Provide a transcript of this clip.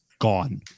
Gone